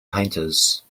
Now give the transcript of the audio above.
painters